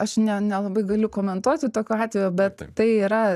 aš ne nelabai galiu komentuoti tokio atvejo bet tai yra